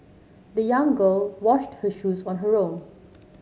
the young girl washed her shoes on her own